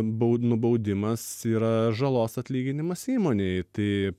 bau nubaudimas yra žalos atlyginimas įmonei tai